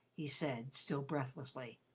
he said, still breathlessly.